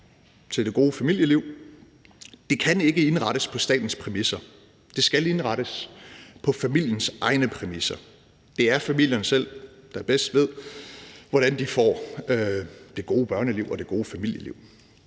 til det gode familieliv. Det kan ikke indrettes på statens præmisser, men det skal indrettes på familiens egne præmisser. Det er familierne selv, der bedst ved, hvordan de får det gode børneliv og det gode familieliv,